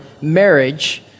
marriage